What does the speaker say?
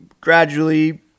gradually